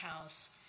house